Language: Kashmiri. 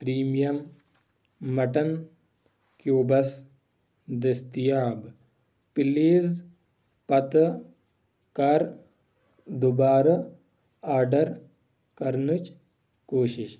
پرٛیٖمیم مَٹن کیٛوٗبٕس دٔستِیاب پٕلیٖز پتہٕ کَر دُبارٕ آرڈر کرنٕچ کوٗشش